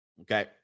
Okay